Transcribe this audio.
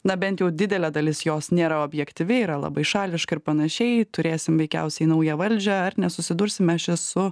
na bent jau didelė dalis jos nėra objektyvi yra labai šališka ir panašiai turėsim veikiausiai naują valdžią ar nesusidursime čia su